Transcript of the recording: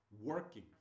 Working